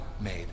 made